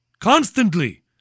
Constantly